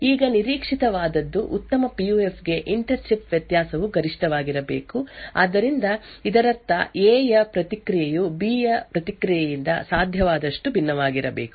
ಈಗ ನಿರೀಕ್ಷಿತವಾದದ್ದು ಉತ್ತಮ ಪಿಯುಎಫ್ ಗೆ ಇಂಟೆರ್ ಚಿಪ್ ವ್ಯತ್ಯಾಸವು ಗರಿಷ್ಠವಾಗಿರಬೇಕು ಆದ್ದರಿಂದ ಇದರರ್ಥ ಎ ಯ ಪ್ರತಿಕ್ರಿಯೆಯು ಬಿ ಯ ಪ್ರತಿಕ್ರಿಯೆಯಿಂದ ಸಾಧ್ಯವಾದಷ್ಟು ಭಿನ್ನವಾಗಿರಬೇಕು